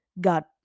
got